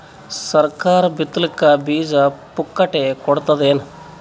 ಸರಕಾರ ಬಿತ್ ಲಿಕ್ಕೆ ಬೀಜ ಪುಕ್ಕಟೆ ಕೊಡತದೇನು?